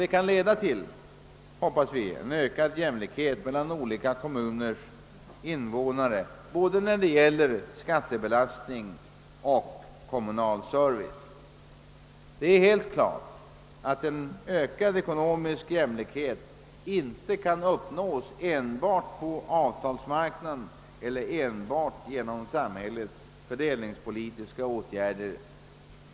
Detta kan — hoppas vi — leda till ökad jämlikhet mellan olika kommuners invånare när det gäller både skattebelastning och kommunal service. Det står väl helt klart för oss alla att en ökad ekonomisk jämlikhet inte kan uppnås enbart på avtalsmarknaden eller enbart genom samhällets fördelningspolitiska åtgärder.